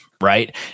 right